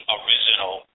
original